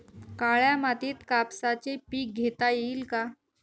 काळ्या मातीत कापसाचे पीक घेता येईल का?